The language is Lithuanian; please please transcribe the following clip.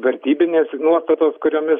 vertybinės nuostatos kuriomis